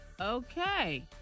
Okay